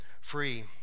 free